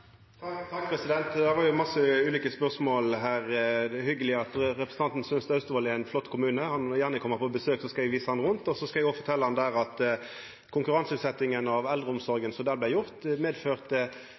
ulike spørsmål her. Det er hyggeleg at representanten synest at Austevoll er ein flott kommune. Han må gjerne koma på besøk, så skal eg visa han rundt. Og eg skal òg fortelja han at konkurranseutsetjinga av